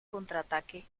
contraataque